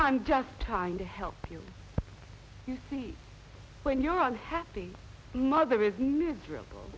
i'm just trying to help you you see when you're on happy mother is miserable